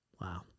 Wow